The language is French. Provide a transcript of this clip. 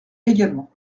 également